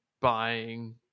buying